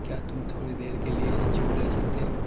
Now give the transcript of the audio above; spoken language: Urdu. کیا تم تھوڑی دیر کے لیے چپ رہ سکتے ہو